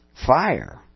fire